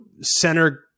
center